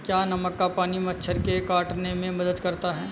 क्या नमक का पानी मच्छर के काटने में मदद करता है?